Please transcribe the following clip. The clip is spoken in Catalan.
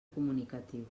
comunicatiu